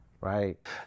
Right